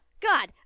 God